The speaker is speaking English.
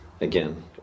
Again